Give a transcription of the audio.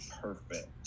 perfect